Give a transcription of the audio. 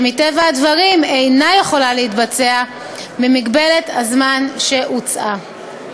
שמטבע הדברים אינה יכולה להתבצע במגבלת הזמן שהוצעה.